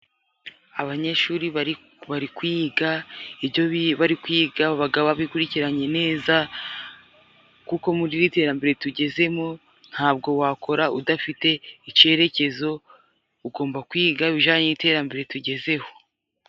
Abanyeshuri bari kwiga, ibyo bari kwiga baba babikurikiranye neza, kuko muri iri terambere tugezemo, nta bwo wakora udafite icyerekezo, ugomba kwiga ibijyanye n'iterambere tugezeho.